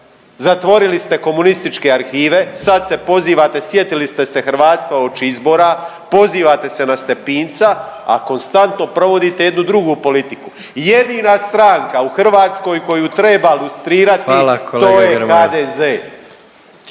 zatvorili ste komunističke arhive, sad se pozivate sjetili ste se hrvatstva uoči izbora, pozivate se na Stepinca, a konstantno provodite jednu drugu politiku. Jedina stranka u Hrvatskoj koju treba lustrirati …/Upadica